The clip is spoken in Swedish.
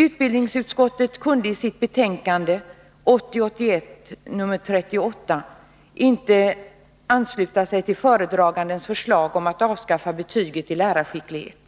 Utbildningsutskottet kunde i sitt betänkande 1980/81:38 inte ansluta sig till föredragandens förslag om att avskaffa betyget i lärarskicklighet.